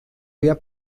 mehr